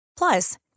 Plus